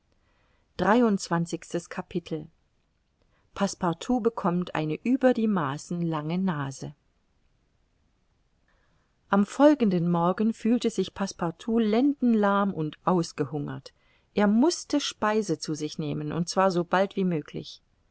bekommt eine über die maßen lange nase am folgenden morgen fühlte sich passepartout lendenlahm und ausgehungert er mußte speise zu sich nehmen und zwar so bald wie möglich